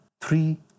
Three